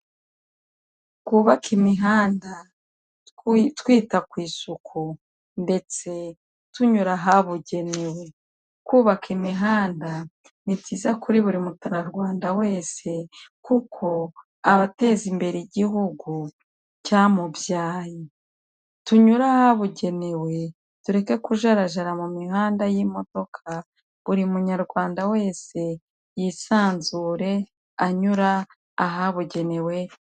Twubake imihanda twita ku isuku ndetse tunyura ahabugenewe, kubaka imihanda ni byiza kuri buri muturarwanda wese kuko aba ateza imbere igihugu cyamubyaye. Tunyure ahabugenewe tureke kujarajara mu mihanda y'imodoka buri munyarwanda wese yisanzure anyura ahabugenewe.